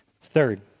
Third